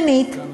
שנית,